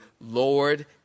Lord &